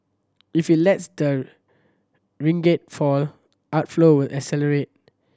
if it lets the ringgit fall outflow will accelerate